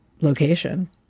location